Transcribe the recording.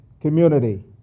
community